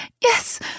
yes